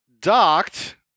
docked